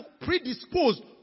predisposed